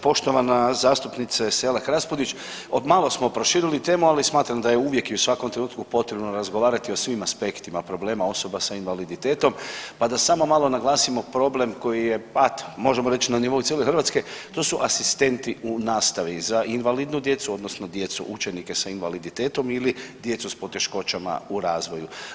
Poštovana zastupnice Selak Raspudić od malo smo proširili temu, ali smatram da je uvijek i u svakom trenutku potrebno razgovarati o svim aspektima problema osoba sa invaliditetom, pa da samo malo naglasimo problem koji je at možemo reći na nivou cijele Hrvatske to su asistenti u nastavi za invalidnu djecu odnosno djecu učenike sa invaliditetom ili djecu s poteškoćama u razvoju.